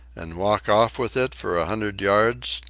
and walk off with it for a hundred yards?